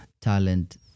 talent